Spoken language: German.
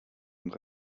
und